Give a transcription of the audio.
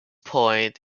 point